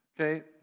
Okay